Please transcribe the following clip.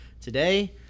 Today